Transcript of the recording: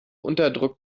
unterdruck